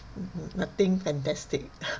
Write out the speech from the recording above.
nothing fantastic